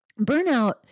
Burnout